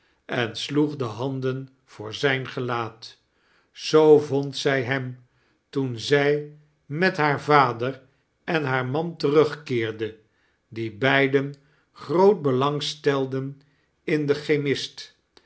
en sloeg de handen voor zijn gelaat zoo vond zij hem teen zij met haar vader en haar man terugkeerde die beiden groot belang stelden in den chemist